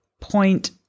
Point